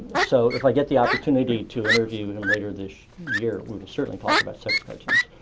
so if like get the opportunity to interview him later this year, we will certainly talk about sex cartoons.